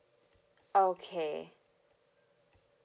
okay